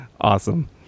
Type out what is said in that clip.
awesome